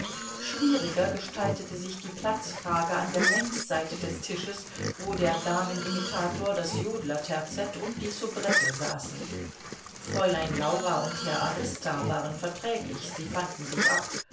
schwieriger gestaltete sich die platzfrage an der längsseite des tisches wo der damenimitator das jodlerterzett und die soubrette saßen fräulein laura und herr arista waren verträglich sie fanden sich ab